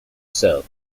sill